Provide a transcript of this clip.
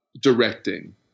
directing